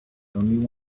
only